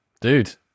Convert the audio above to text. Dude